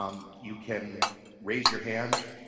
um you can raise your hand.